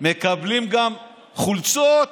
מקבלים גם חולצות,